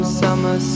summer